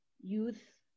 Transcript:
youth